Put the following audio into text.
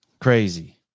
Crazy